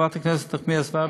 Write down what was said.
חברת הכנסת נחמיאס ורבין,